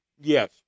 yes